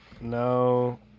No